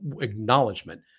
acknowledgement